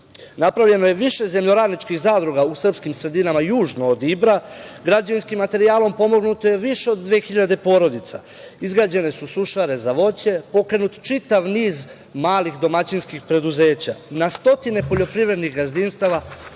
regiona. Napravljeno je više zemljoradničkih zadruga u srpskim sredinama južno od Ibra. Građevinskim materijalom pomognuto je više od 2.000 porodica, izgrađene su sušare za voće, pokrenut čitav niz malih domaćinskih preduzeća. Na stotine poljoprivrednih gazdinstava